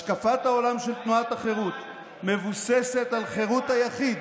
השקפת העולם של תנועת החרות מבוססת על "חירות היחיד,